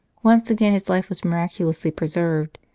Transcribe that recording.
once again his life was miraculously preserved.